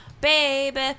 baby